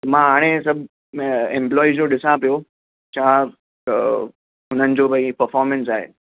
मां हाणे सभु ऐम्प्लोईस जो ॾिसां पियो छा हुननि जो भई परफोर्मैंस आहे